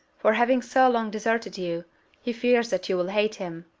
for having so long deserted you he fears that you will hate him.